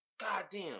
Goddamn